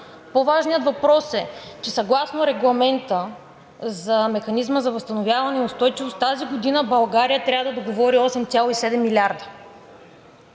по-важният въпрос е, че съгласно Регламента за Механизма за възстановяване и устойчивост тази година България трябва да договори 8,7 милиарда,